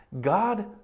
God